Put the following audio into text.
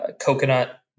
coconut